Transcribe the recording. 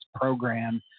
program